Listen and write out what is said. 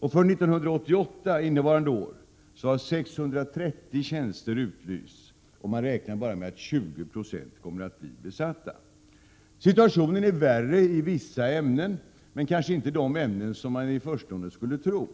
För innevarande år, 1988, har 630 tjänster utlysts. Man räknar med att bara 20 26 kommer att bli besatta. Situationen är värre i vissa ämnen. Det gäller dock kanske inte de ämnen som man i förstone skulle kunna tro.